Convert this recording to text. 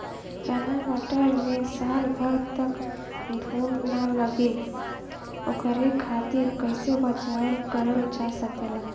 चना मटर मे साल भर तक घून ना लगे ओकरे खातीर कइसे बचाव करल जा सकेला?